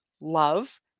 love